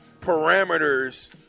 parameters